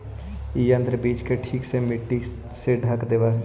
इ यन्त्र बीज के ठीक से मट्टी से ढँक देवऽ हई